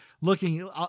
looking